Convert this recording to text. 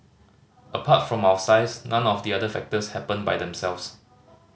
apart from our size none of the other factors happened by themselves